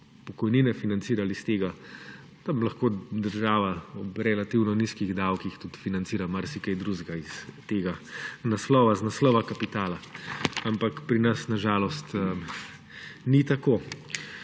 pokojnine financiral iz tega, tam lahko država ob relativno nizkih davkih tudi financira marsikaj drugega iz tega naslova, iz naslova kapitala. Ampak, pri nas na žalost ni tako.